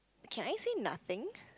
can I say nothing